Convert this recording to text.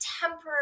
temporary